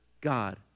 God